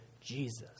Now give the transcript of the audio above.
Jesus